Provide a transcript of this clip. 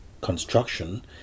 construction